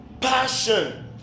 passion